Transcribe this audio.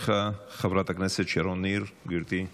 חברת הכנסת שרון ניר, גברתי.